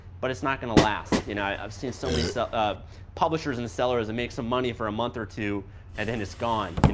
but it's not going to last. you know i've seen so many sort of publishers and sellers that make some money for a month or two and then it's gone. and